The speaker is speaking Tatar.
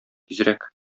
тизрәк